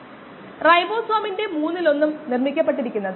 303 log ആണ് കൂടാതെ kd ഇവിടെ ഡിനോമിനേറ്ററിലേക്ക് വരുന്നു